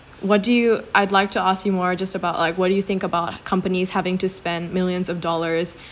what do you I'd like to ask you more just about like what do you think about companies having to spend millions of dollars